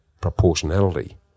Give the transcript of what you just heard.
proportionality